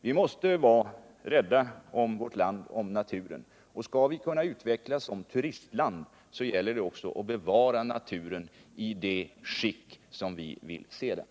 Vi måste vara rädda om vårt land och dess natur. Skall Sverige kunna utvecklas som turistland gäller det också att bevara naturen i det skick vi vill se den i.